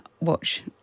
watch